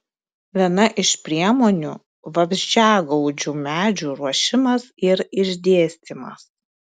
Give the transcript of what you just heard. viena iš priemonių vabzdžiagaudžių medžių ruošimas ir išdėstymas